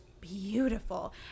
beautiful